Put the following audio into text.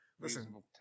Listen